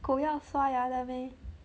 狗要刷牙的 meh